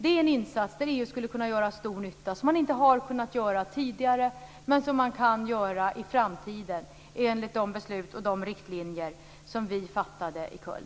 Det är en insats där EU skulle kunna göra stor nytta som man inte har kunnat göra tidigare men som man kan göra i framtiden enligt de beslut som vi fattade och de riktlinjer som vi fastlade i Köln.